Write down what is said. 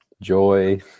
joy